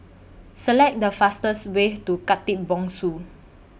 Select The fastest Way to Khatib Bongsu